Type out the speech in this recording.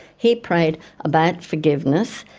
he prayed about forgiveness.